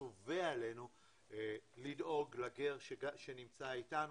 מצווה עלינו לדאוג לגר שנמצא איתנו.